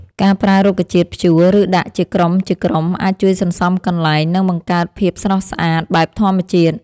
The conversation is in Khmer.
ការប្រើរុក្ខជាតិព្យួរ ឬដាក់ជាក្រុមៗអាចជួយសន្សំកន្លែង និងបង្កើតភាពស្រស់ស្អាតបែបធម្មជាតិ។